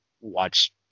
watch